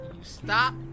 stop